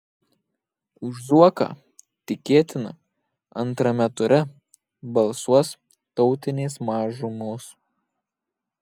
už zuoką tikėtina antrame ture balsuos tautinės mažumos